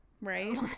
right